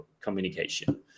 communication